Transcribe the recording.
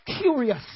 curious